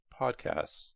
podcasts